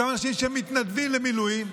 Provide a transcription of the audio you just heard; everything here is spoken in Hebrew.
אותם אנשים שמתנגדים למילואים,